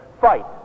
fight